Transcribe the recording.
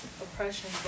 oppression